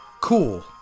Cool